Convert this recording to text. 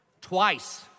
twice